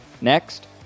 Next